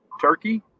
Turkey